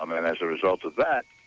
um and. as a result of that,